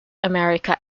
america